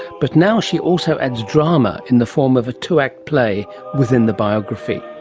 but now she also adds drama in the form of a two-act play within the biography.